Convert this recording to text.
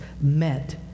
met